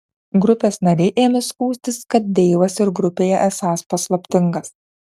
grupės nariai ėmė skųstis kad deivas ir grupėje esąs paslaptingas